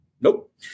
Nope